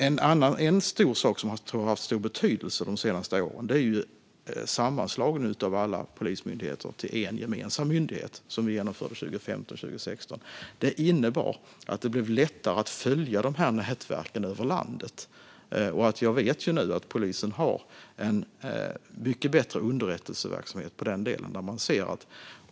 En sak som jag tror har haft stor betydelse de senaste åren är den sammanslagning av alla polismyndigheter till en gemensam myndighet som vi genomförde 2015-2016. Den innebar att det blev lättare att följa nätverken över landet. Jag vet att polisen nu har en mycket bättre underrättelseverksamhet när det gäller den delen.